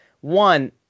one